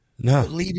No